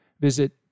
visit